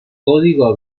código